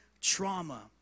trauma